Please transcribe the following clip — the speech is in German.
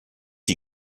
die